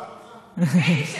תודה.